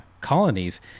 colonies